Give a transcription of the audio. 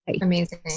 Amazing